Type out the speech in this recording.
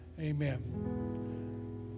Amen